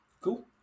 Cool